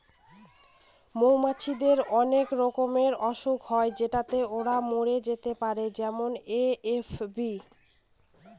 মৌমাছিদের অনেক রকমের অসুখ হয় যেটাতে ওরা মরে যেতে পারে যেমন এ.এফ.বি